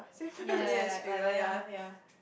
ya like like like like that one lah ya